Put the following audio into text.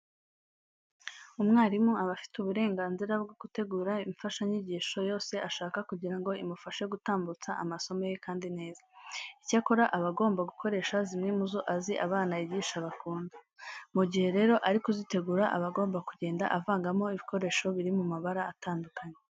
Umwarimu aba afite uburenganzira bwo gutegura imfashanyigisho yose ashaka kugira ngo imufashe gutambutsa amasomo ye kandi neza. Icyakora aba agomba gukoresha zimwe mu zo azi abana yigisha bakunda. Mu gihe rero ari kuzitegura aba agomba kugenda avangamo ibikoresho biri mu mabara atandukanye.